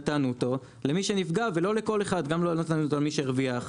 נתנו אותו למי שנפגע ולא לכל אחד גם לא נתנו אותו למי שהרוויח.